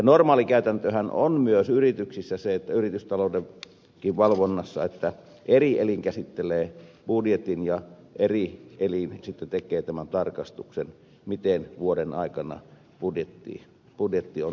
normaali käytäntöhän on myös yrityksissä se yritystaloudenkin valvonnassa että eri elin käsittelee budjetin ja eri elin tekee tämän tarkastuksen miten vuoden aikana budjetti on toteutunut